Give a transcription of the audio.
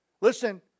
listen